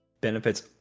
benefits